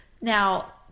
Now